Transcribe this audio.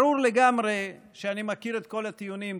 ברור לגמרי שאני מכיר את כל הטיעונים.